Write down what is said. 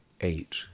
eight